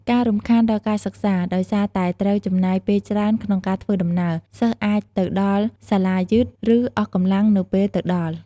ការរំខានដល់ការសិក្សា ដោយសារតែត្រូវចំណាយពេលច្រើនក្នុងការធ្វើដំណើរ សិស្សអាចទៅដល់សាលាយឺត ឬអស់កម្លាំងនៅពេលទៅដល់។